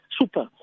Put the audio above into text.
Super